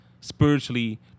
spiritually